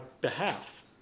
behalf